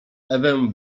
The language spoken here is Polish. ewę